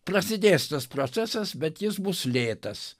prasidės tas procesas bet jis bus lėtas